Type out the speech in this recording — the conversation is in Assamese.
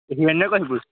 হিৰণ্যকসিপু